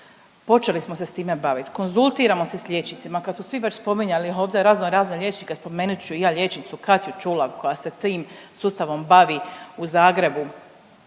Počeli smo se s time baviti, konzultiramo se sa liječnicima. Kad su svi već spominjali ovdje razno razne liječnike spomenut ću i ja liječnicu Katiju Ćulav koja se tim sustavom bavi u Zagrebu,